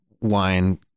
wine